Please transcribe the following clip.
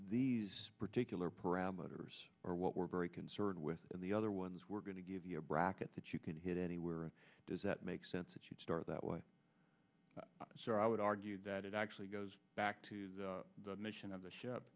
these particular parameters are what we're very concerned with and the other ones we're going to give you a bracket that you can hit anywhere and does that make sense that you'd start that way so i would argue that it actually goes back to the mission of the